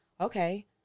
okay